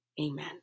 Amen